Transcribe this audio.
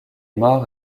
mort